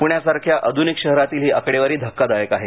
पुण्यासारख्या ाधुनिक शहरातील ही ाकडेवारी धक्कादायक ाहे